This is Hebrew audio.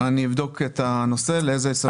אני אבדוק לאיזה שפות הוא מתורגם.